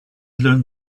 learned